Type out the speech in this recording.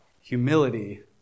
Humility